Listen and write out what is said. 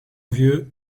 vieux